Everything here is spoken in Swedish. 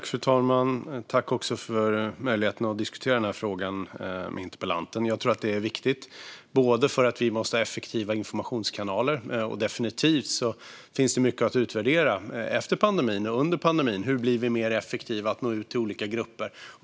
Fru talman! Jag tackar för möjligheten att diskutera denna fråga med interpellanten. Jag tror att detta är viktigt, bland annat för att vi måste ha effektiva informationskanaler. Det finns definitivt mycket att utvärdera efter pandemin och under pandemin när det gäller hur vi kan bli mer effektiva i att nå ut till olika grupper.